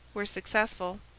were successful,